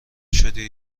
شدی